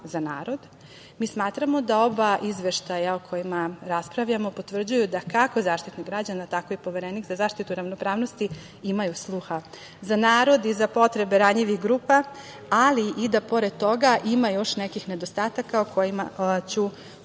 Smatramo da oba izveštaja o kojima raspravljamo potvrđuju da kako Zaštitnik građana, tako i Poverenik za zaštitu ravnopravnosti imaju sluha za narod i za potrebe ranjivih grupa, ali i da pored toga ima još nekih nedostataka o kojima ću u